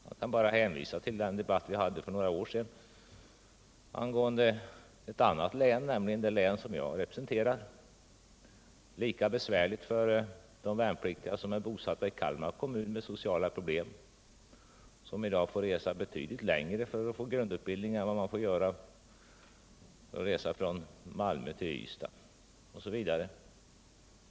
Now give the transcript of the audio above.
Jag kan bara hänvisa till den debatt vi hade för några år sedan angående ett annat län, nämligen det län som jag representerar. Det är lika besvärliga sociala problem för de värnpliktiga som är bosatta i Kalmar kommun och som i dag får resa betydligt längre för att få grundutbildning än de som får resa från Malmö till Ystad.